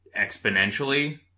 exponentially